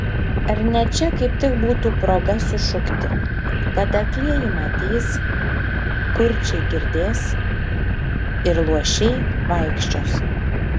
ar ne čia kaip tik būtų proga sušukti kad aklieji matys kurčiai girdės ir luošiai vaikščios